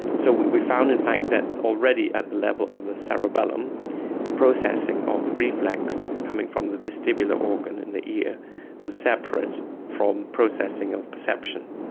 so we we found in fact that already at the level of the cerebellum processing of the reflex coming from the vestibular organ in the ear was separate from processing of perception.